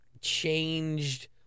changed